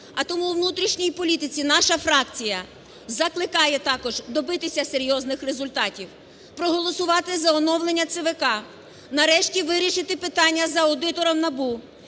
А тому у внутрішній політиці наша фракція закликає також добитися серйозних результатів: проголосувати за оновлення ЦВК, нарешті вирішити питання з аудитором НАБУ,